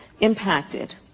impacted